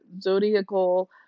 zodiacal